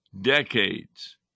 decades